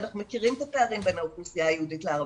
אנחנו מכירים את הפערים בין האוכלוסייה היהודית לערבית,